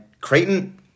Creighton